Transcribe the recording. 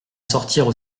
sortirent